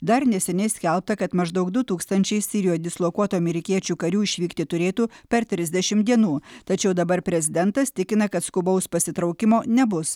dar neseniai skelbta kad maždaug du tūkstančiai sirijoj dislokuotų amerikiečių karių išvykti turėtų per trisdešim dienų tačiau dabar prezidentas tikina kad skubaus pasitraukimo nebus